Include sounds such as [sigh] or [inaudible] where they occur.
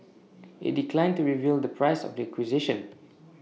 [noise] IT declined to reveal the price of the acquisition